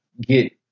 get